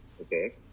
Okay